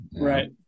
Right